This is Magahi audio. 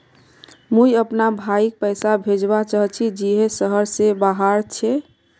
मुई अपना भाईक पैसा भेजवा चहची जहें शहर से बहार छे